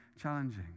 challenging